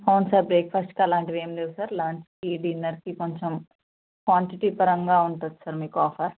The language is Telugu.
అవును సార్ బ్రేక్ఫాస్ట్కి అలాంటివి ఏం లేవు సార్ లంచ్కి డిన్నర్కి కొంచెం క్వాంటిటీ పరంగా ఉంటుంది సార్ మీకు ఆఫర్